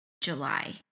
july